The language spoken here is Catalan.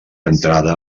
entrada